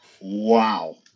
wow